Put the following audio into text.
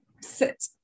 sit